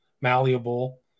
malleable